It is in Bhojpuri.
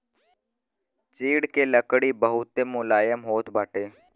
चीड़ के लकड़ी बहुते मुलायम होत बाटे